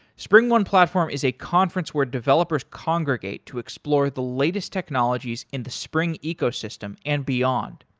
springone platform is a conference where developers congregate to explore the latest technologies in the spring ecosystem and beyond.